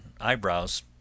eyebrows